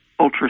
ultrasound